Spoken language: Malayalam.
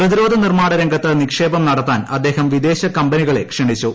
പ്രതിരോധ നിർമ്മാണ രംഗത്ത് നിക്ഷേപം നടത്താൻ അദ്ദേഹം വിദേശ കമ്പനികളെ ക്ഷണിച്ചു